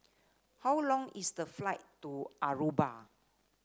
how long is the flight to Aruba